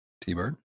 T-Bird